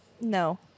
No